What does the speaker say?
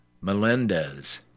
Melendez